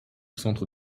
centre